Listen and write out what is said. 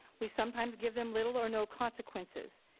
we sometimes give them little or no consequences.